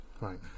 right